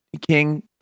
King